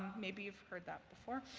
maybe you've heard that before.